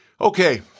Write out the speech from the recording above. Okay